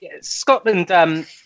Scotland